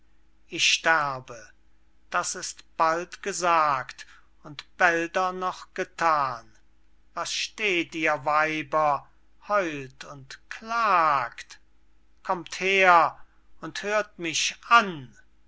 ich sterbe das ist bald gesagt und bälder noch gethan was steht ihr weiber heult und klagt kommt her und hört mich an